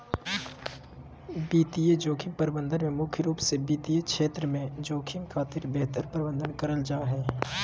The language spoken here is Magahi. वित्तीय जोखिम प्रबंधन में मुख्य रूप से वित्त क्षेत्र में जोखिम खातिर बेहतर प्रबंध करल जा हय